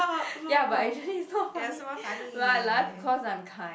ya but actually it's not funny why I laugh cause I'm kind